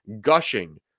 gushing